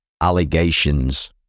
allegations